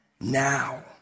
Now